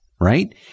right